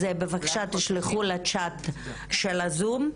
בבקשה תשלחו לצ'אט של הזום.